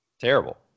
terrible